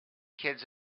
kids